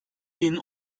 bin